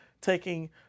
taking